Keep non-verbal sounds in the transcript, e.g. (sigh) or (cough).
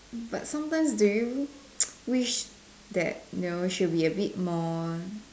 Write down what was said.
but sometimes do you (noise) wish that know she'll be a bit more